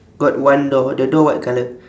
got one door the door what colour